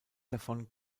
davon